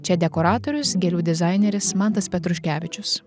čia dekoratorius gėlių dizaineris mantas petruškevičius